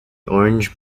orange